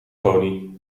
pony